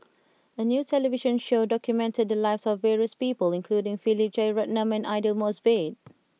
a new television show documented the lives of various people including Philip Jeyaretnam and Aidli Mosbit